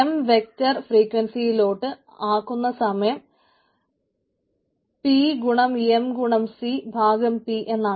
M vector ഫ്രീക്വൻസിയിലോട്ട് ആക്കുന്ന സമയം pxmxcp എന്നാണ്